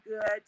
good